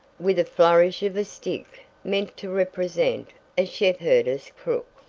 with a flourish of a stick meant to represent a shepherdess crook.